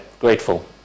grateful